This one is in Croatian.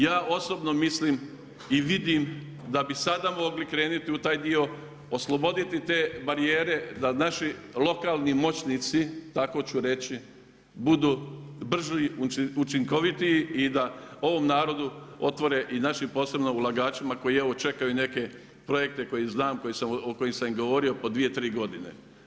Ja osobno mislim i vidim da bi sada mogli krenuti u taj dio, osloboditi te barijere da naši lokalni moćnici budu brži, učinkovitiji i da ovom narodu otvore i našim posebno ulagačima koji evo čekaju neke projekte koje znam, o kojima sam im govorio po 2, 3 godine.